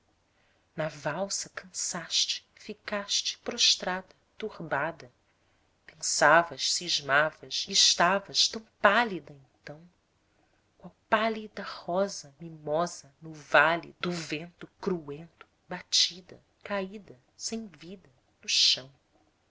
na valsa cansaste ficaste prostrada turbada pensavas cismavas e estavas tão pálida então qual pálida rosa mimosa no vale do vento cruento batida caída sem vida no chão